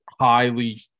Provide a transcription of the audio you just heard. highly